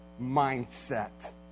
mindset